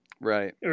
Right